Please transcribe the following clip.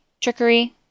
trickery